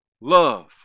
love